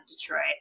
Detroit